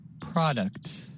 Product